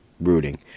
rooting